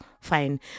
fine